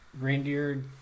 reindeer